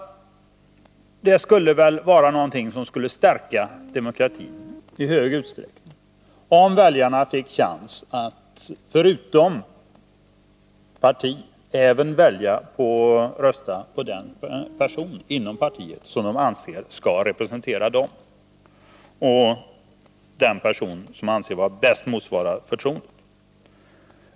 Det skulle väl stärka demokratin i hög utsträckning om väljarna fick chansen att förutom parti även rösta på den person inom partiet som de anser skall representera dem och som anses bäst motsvara förtroendet.